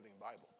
Bible